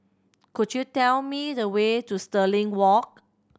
could you tell me the way to Stirling Walk